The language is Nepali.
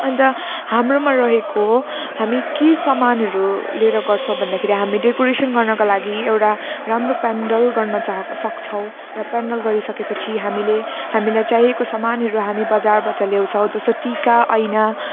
अन्त हाम्रोमा रहेको हामी के सामानहरू लिएर गर्छौँ भन्दाखेरि हामीले डेकोरेसन गर्नको लागि एउटा राम्रो पेन्डल गर्नचाहेको सक्छौँ र पेन्डल गरिसकेपछि हामीले हामीलाई चाहिएको सामानहरू हामी बजारबाट ल्याउँछौँ जस्तो टिका ऐना